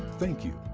thank you.